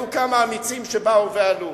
היו כמה אמיצים שבאו ועלו.